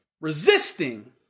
resisting